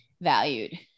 valued